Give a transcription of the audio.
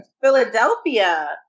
Philadelphia